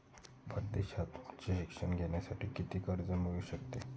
परदेशात उच्च शिक्षण घेण्यासाठी किती कर्ज मिळू शकते?